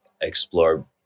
explore